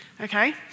okay